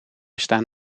staan